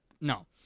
No